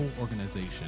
organization